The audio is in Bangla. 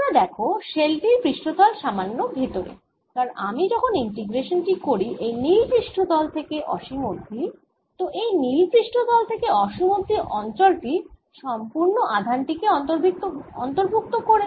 তোমরা দেখ শেল টির পৃষ্ঠতল সামান্য ভেতরে কারণ আমি যখন ইন্টিগ্রেশান করি এই নীল পৃষ্ঠতল থেকে অসীম অবধি তো এই নীল পৃষ্ঠতল থেকে অসীম অবধি অঞ্চল টি সম্পুর্ন আধান বন্টন টি কে অন্তর্ভুক্ত করে